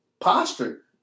posture